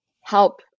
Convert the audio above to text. help